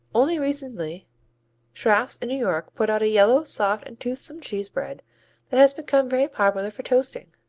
only recently schrafft's in new york put out a yellow, soft and toothsome cheese bread that has become very popular for toasting.